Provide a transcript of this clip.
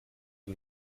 die